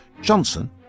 Johnson